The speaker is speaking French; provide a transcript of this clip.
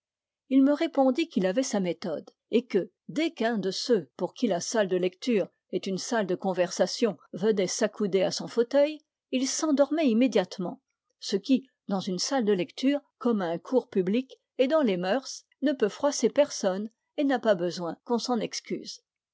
il me répondit qu'il avait sa méthode et que dès qu'un de ceux pour qui la salle de lecture est une salle de conversation venait s'accouder à son fauteuil il s'endormait immédiatement ce qui dans une salle de lecture comme à un cours public est dans les mœurs ne peut froisser personne et n'a pas besoin qu'on s'en excuse